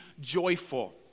joyful